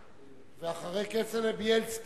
ואחרי כצל'ה - חבר הכנסת בילסקי,